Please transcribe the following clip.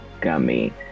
gummy